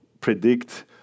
predict